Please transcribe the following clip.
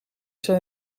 zijn